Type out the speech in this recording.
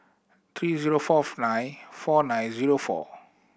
three zero fourth nine four nine zero four